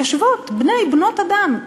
יושבות בני-בנות-אדם,